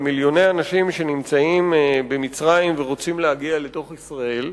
על מיליוני אנשים שנמצאים במצרים ורוצים להגיע לישראל.